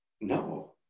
No